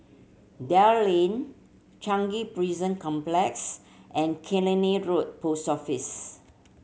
Dell Lane Changi Prison Complex and Killiney Road Post Office